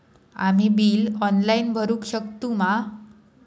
आम्ही bill online भरुक शकतू मा?